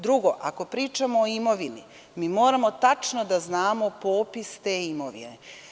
Drugo, ako pričamo o imovini, moramo tačno da znamo popis te imovine.